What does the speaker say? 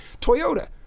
Toyota